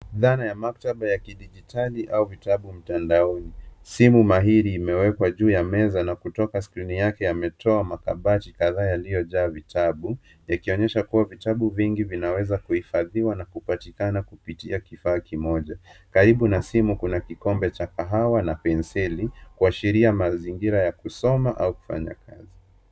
Ndani ya maktaba ya kidijitali au vitabu mtandaoni. Simu mahiri imewekwa juu ya meza na kutoka skrini yake yametoa makabati kadhaa yaliyojaa vitabu ikionyesha kuwa vitabu vingi vinaweza kuhifadhiwa na kupatikana kupitia kifaa kimoja. Karibu na simu, kuna kikombe cha kahawa na penseli kuashiria mazingira ya kusoma au kufanya kazi.